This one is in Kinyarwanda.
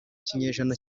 kinyejana